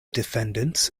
defendants